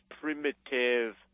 primitive